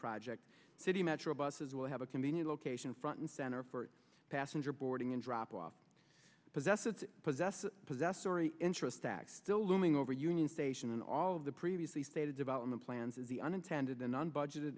project city metro buses will have a convenient location front and center for passenger boarding and drop off possessive possessive possessory interest tax bill looming over union station and all of the previously stated development plans of the unintended than unbudget